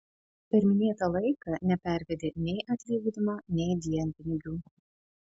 per minėtą laiką nepervedė nei atlyginimo nei dienpinigių